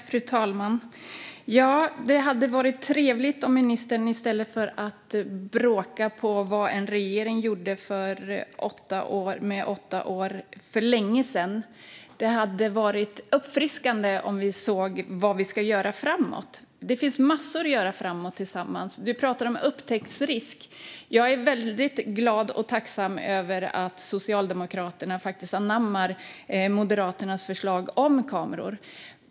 Fru talman! Det hade varit trevligt och uppfriskande om ministern i stället för att bråka om vad en regering gjorde under åtta år för länge sedan hade talat om vad som ska göras framåt. Det finns massor att göra framåt tillsammans. Ministern talar om upptäcktsrisk. Jag är mycket glad och tacksam över att Socialdemokraterna faktiskt anammar Moderaternas förslag om kameror.